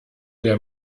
der